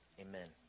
amen